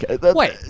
Wait